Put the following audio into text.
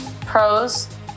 pros